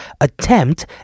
attempt